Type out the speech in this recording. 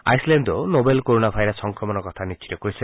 আইছলেণ্ডও novel corona virus সংক্ৰমণৰ কথা নিশ্চিত কৰিছে